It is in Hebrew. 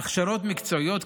הכשרות מקצועיות,